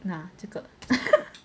那这个